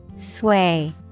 Sway